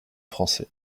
français